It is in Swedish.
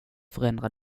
förändra